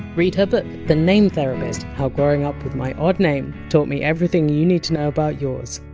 read her but the name therapist how growing up with my odd name taught me everything you need to know about yours.